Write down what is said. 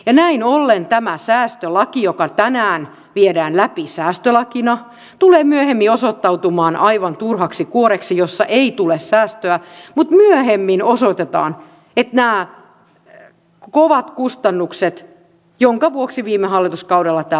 näin ollen tämä säästölaki joka tänään viedään läpi säästölakina tulee myöhemmin osoittautumaan aivan turhaksi kuoreksi jossa ei tule säästöä mutta myöhemmin osoitetaan että nämä kovat kustannukset jonka vuoksi viime hallituskaudella tämä laki kaatui vyöryvät päälle